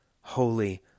HOLY